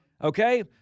Okay